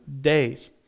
days